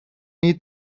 need